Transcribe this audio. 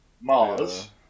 Mars